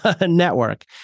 network